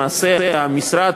למעשה המשרד